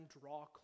draw